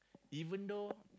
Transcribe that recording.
even though